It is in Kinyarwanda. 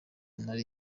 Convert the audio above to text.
nari